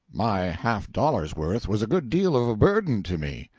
my half-dollar's worth was a good deal of a burden to me.